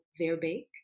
Verbeek